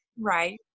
Right